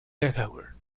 lekrjahre